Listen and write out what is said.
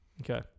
Okay